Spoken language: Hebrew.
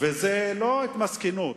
וזאת לא התמסכנות.